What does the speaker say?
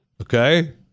Okay